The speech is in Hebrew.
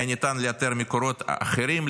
היה ניתן לאתר מקורות אחרים,